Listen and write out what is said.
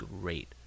great